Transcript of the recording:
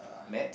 Maths